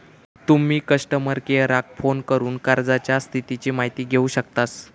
तुम्ही कस्टमर केयराक फोन करून कर्जाच्या स्थितीची माहिती घेउ शकतास